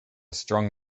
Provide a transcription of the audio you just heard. strong